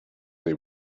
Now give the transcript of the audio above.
they